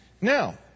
now